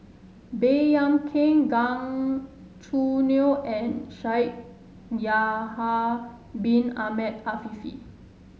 Baey Yam Keng Gan Choo Neo and Shaikh Yahya Bin Ahmed Afifi